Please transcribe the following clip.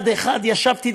אחד-אחד ישבתי,